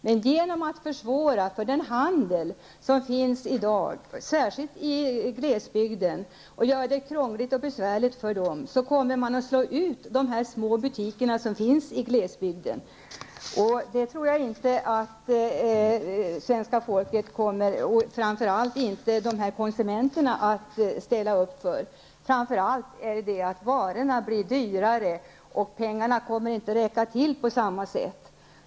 Men genom att försvåra för den handel som finns i dag, särskilt i glesbygden, och göra det krångligt och besvärligt för den kommer man att slå ut de små butiker som finns i glesbygden. Det tror jag inte att svenska folket och framför allt inte konsumenterna vill ställa upp på. Framför allt blir varorna dyrare, och pengarna kommer inte att räcka till på samma sätt.